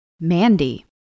Mandy